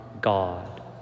God